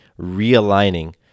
realigning